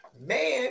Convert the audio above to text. Man